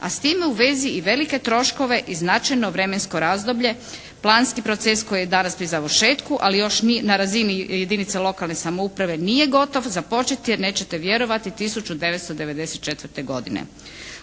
a s time u vezi i velike troškove i značajno vremensko razdoblje, planski proces koji je danas pri završetku ali još na razini jedinica lokalne samouprave nije gotov, započet je, nećete vjerovati, 1994. godine.